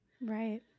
Right